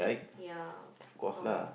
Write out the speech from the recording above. ya how